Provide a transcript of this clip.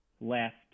left